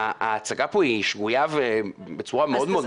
ההצגה פה היא שגויה בצורה מאוד מאוד מגמתית.